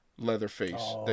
Leatherface